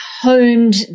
Honed